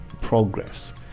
progress